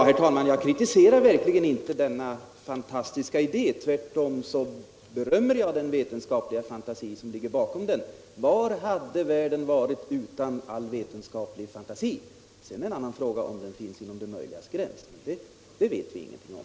Herr talman! Jag kritiserade verkligen inte denna fantastiska idé. Tvärtom berömmer jag den vetenskapliga fantasi som ligger bakom den. Var hade världen stått i dag utan all vetenskaplig fantasi? Sedan är det en annan fråga, om detta ligger inom det möjligas gräns.